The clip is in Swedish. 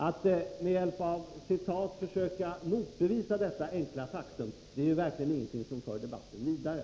Att med hjälp av citat försöka motbevisa detta enkla faktum är verkligen någonting som inte för debatten vidare.